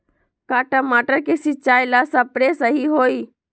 का टमाटर के सिचाई ला सप्रे सही होई?